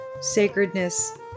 sacredness